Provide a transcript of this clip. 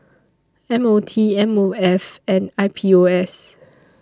M O T M O F and I P O S